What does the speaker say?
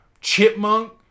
Chipmunk